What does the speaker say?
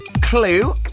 clue